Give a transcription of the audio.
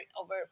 over